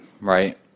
right